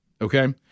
Okay